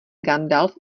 gandalf